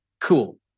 Cool